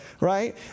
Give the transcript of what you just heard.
right